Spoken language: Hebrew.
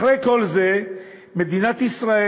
אחרי כל זה, מדינת ישראל